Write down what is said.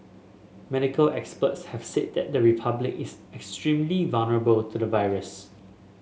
medical experts have said that the Republic is extremely vulnerable to the virus